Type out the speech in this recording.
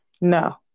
No